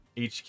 HQ